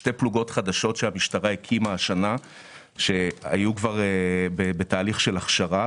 שתי פלוגות חדשות שהמשטרה הקימה השנה שהיו בתהליך של הכשרה,